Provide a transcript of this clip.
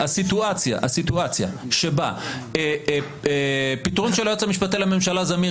הסיטואציה שבה פיטורים של היועץ המשפטי לממשלה זמיר